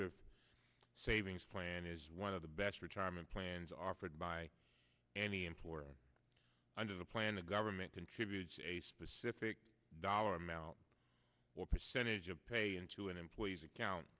the savings plan is one of the best retirement plans offered by any employer under the plan the government contributes a specific dollar amount or percentage of pay into an employee's account